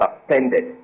suspended